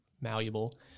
malleable